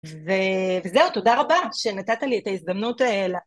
וזהו, תודה רבה שנתת לי את ההזדמנות אה...